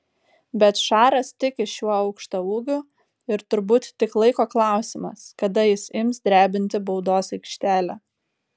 bet šaras tiki šiuo aukštaūgiu ir turbūt tik laiko klausimas kada jis ims drebinti baudos aikštelę